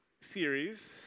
series